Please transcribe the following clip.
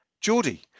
Geordie